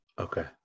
Okay